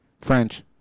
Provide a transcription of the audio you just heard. French